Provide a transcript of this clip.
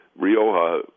Rioja